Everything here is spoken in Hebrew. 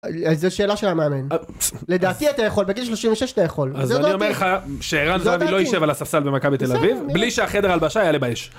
זה שאלה של המאמן לדעתי אתה יכול בגיל 36 אתה יכול, אז אני אומר לך שערן זרמי לא יישב על הספסל במכבי תל אביב בלי שהחדר הלבשה יעלה באש.